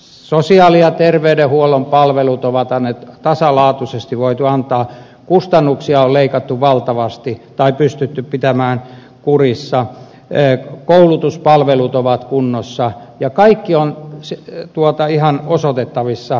sosiaali ja terveydenhuollon palvelut tasalaatuisesti on voitu antaa kustannuksia on leikattu valtavasti tai pystytty pitämään kurissa koulutuspalvelut ovat kunnossa ja kaikki on ihan osoitettavissa selkeillä näytöillä